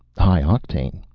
high octane.